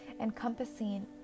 encompassing